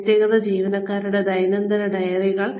വ്യക്തിഗത ജീവനക്കാരുടെ ദൈനംദിന ഡയറികൾ